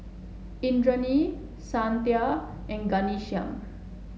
Indranee Santha and Ghanshyam